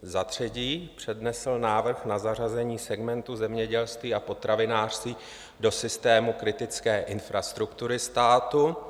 III. přednesl návrh na zařazení segmentu zemědělství a potravinářství do systému kritické infrastruktury státu;